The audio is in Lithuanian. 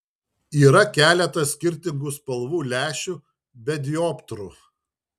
yra keletas skirtingų spalvų lęšių be dioptrų